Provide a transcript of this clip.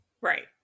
Right